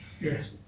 Yes